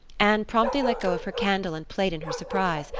anne promptly let go of her candle and plate in her surprise,